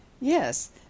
Yes